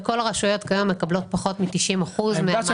כל הרשויות כיום מקבלות פחות מ-90 אחוזים.